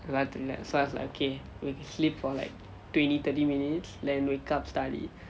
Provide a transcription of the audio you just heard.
ராத்திரியில:raathiriyila so I was like okay sleep for like twenty thirty minutes then wake up study